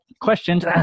questions